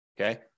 Okay